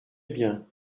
bien